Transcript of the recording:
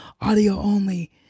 audio-only